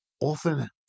often